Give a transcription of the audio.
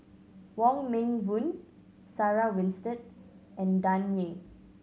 Wong Meng Voon Sarah Winstedt and Dan Ying